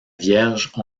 vierge